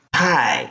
hi